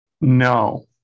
No